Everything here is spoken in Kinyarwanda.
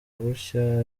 gutya